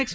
x